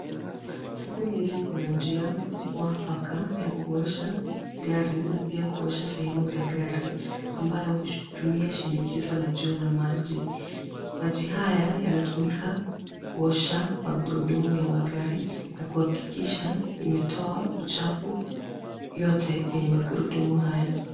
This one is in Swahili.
Siku hizi kuna njia mwafaka ya kuosha gari na pia kuosha sehemu za gari, ambayo hutumia shinikizo la juu ya maji. Maji haya yanatumika kuosha magurudumu ya magari na kuhakikisha imetoa uchafu yote kwenye magurudumu haya.